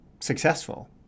successful